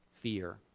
fear